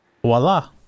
voila